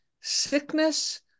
sickness